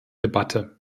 debatte